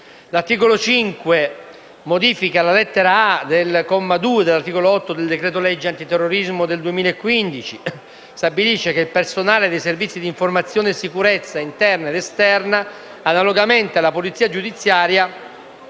L'articolo 5 modifica la lettera *a)* del comma 2 dell'articolo 8 del decreto-legge antiterrorismo del 2015. Tale disposizione stabilisce che il personale dei Servizi di informazione e sicurezza interna ed esterna, analogamente alla polizia giudiziaria,